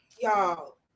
y'all